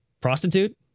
Prostitute